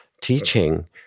teaching